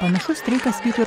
panašus streikas kaip ir